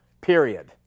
period